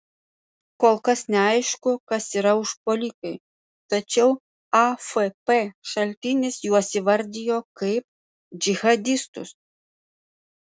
kol kas neaišku kas yra užpuolikai tačiau afp šaltinis juos įvardijo kaip džihadistus